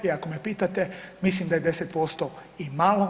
I ako me pitate mislim da je 10% i malo.